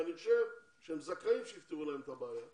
ואני חושב שהם זכאים שיפתרו להם את הבעיה,